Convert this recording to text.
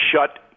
shut